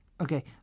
Okay